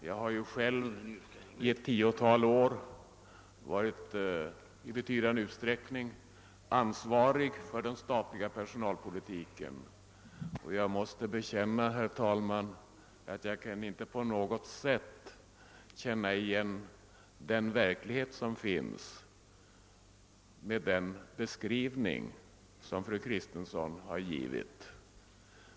Jag har ju själv i ett tiotal år i betydande utsträckning varit ansvarig för den statliga personalpolitiken, och jag måste bekänna att jag inte alls kan känna igen den verklighet som finns i den beskrivning som fru Kristensson har givit.